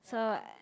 so